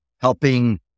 helping